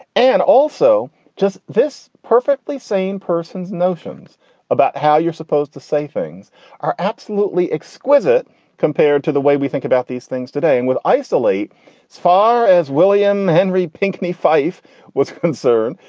and also just this perfectly sane person's notions about how you're supposed to say things are absolutely exquisite compared to the way we think about these things today. and with isolate as far as william henry pinkney fyfe was concerned,